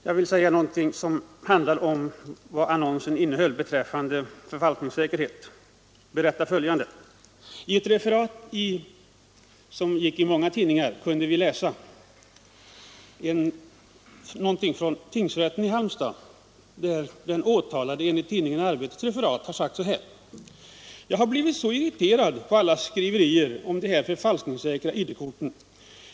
Vad avser annonsens information beträffande förfalskningssäkerhet vill jag nämna följande. I ett referat i tidningen Arbetet från tingsrätten i Halmstad kunde vi läsa att den åtalade har yttrat: ”Jag har blivit så irriterad på alla skriverier om de här förfalskningssäkra ID-korten.